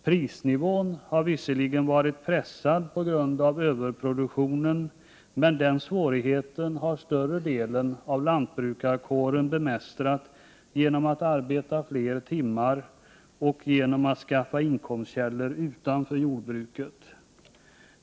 Prisnivån har visserligen varit pressad på grund av överproduktionen, men den svårigheten har större delen av lantbrukarkåren bemästrat genom att arbeta fler timmar och genom att skaffa inkomstkällor utanför jordbruket.